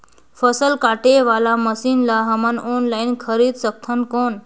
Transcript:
फसल काटे वाला मशीन ला हमन ऑनलाइन खरीद सकथन कौन?